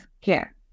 care